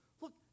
Look